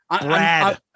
Brad